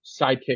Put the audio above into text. sidekick